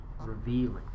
revealing